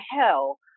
hell